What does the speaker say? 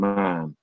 man